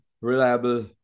reliable